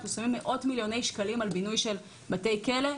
אנחנו שמים מאות מיליוני שקלים על בינוי של בתי כלא.